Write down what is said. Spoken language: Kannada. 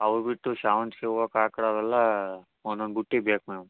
ಅವು ಬಿಟ್ಟು ಶಾವಂತಿಗೆ ಹೂವ ಕಾಕಡಾ ಅವೆಲ್ಲ ಒನ್ನೊಂದು ಬುಟ್ಟಿ ಬೇಕು ಮ್ಯಾಮ್